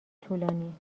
طولانی